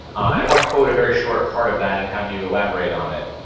and i want to quote a very short part of that and have you elaborate on it.